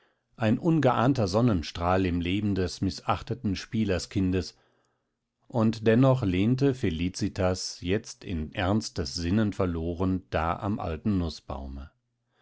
ein ungeahnter sonnenstrahl im leben des mißachteten spielerskindes und dennoch lehnte felicitas jetzt in ernstes sinnen verloren da am alten nußbaume